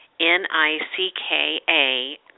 N-I-C-K-A